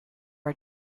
are